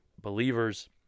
believers